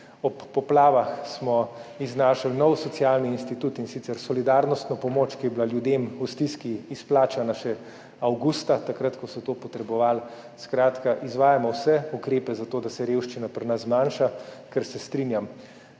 ob poplavah smo iznašli nov socialni institut, in sicer solidarnostno pomoč, ki je bila ljudem v stiski izplačana še avgusta, takrat, ko so to potrebovali, skratka izvajamo vse ukrepe za to, da se revščina pri nas zmanjša, ker se strinjam,